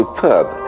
Superb